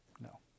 No